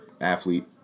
athlete